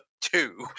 two